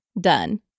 done